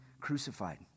crucified